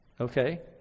Okay